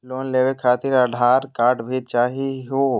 Loan लेवे खातिरआधार card भी चाहियो?